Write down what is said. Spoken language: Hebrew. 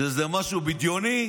שזה משהו דמיוני?